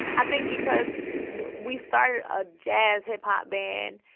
i think because we started a jazz hip-hop band.